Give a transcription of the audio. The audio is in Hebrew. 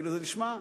זה נשמע: